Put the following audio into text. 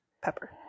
pepper